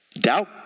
Doubt